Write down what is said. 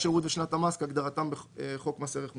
"שירות" ו"שנת המס" כהגדרתם בחוק מס ערך מוסף,"